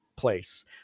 place